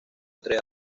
entre